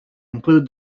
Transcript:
include